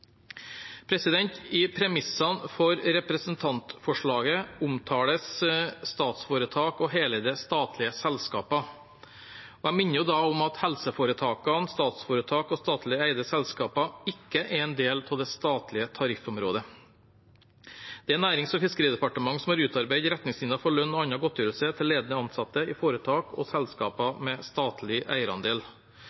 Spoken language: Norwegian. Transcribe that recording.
I premissene for representantforslaget omtales statsforetak og heleide statlige selskaper. Jeg minner da om at helseforetakene, statsforetak og statlig eide selskaper ikke er en del av det statlige tariffområdet. Det er Nærings- og fiskeridepartementet som har utarbeidet retningslinjer for lønn og annen godtgjørelse til ledende ansatte i foretak og selskaper